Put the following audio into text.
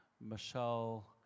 Michelle